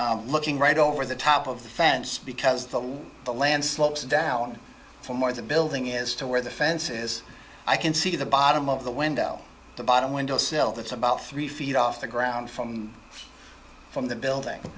window looking right over the top of the fence because the land slopes down from where the building is to where the fence is i can see the bottom of the window the bottom window sill that's about three feet off the ground from from the building